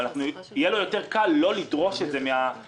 אבל יהיה לו יותר קל לא לדרוש את זה מהמזמין,